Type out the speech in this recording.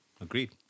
Agreed